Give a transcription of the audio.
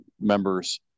members